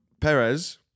Perez